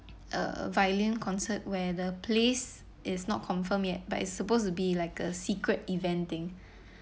a violin concert where the place is not confirmed yet but it's supposed to be like a secret event thing